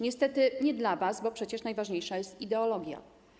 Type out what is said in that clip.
Niestety nie dla was, bo przecież najważniejsza jest ideologia.